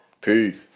peace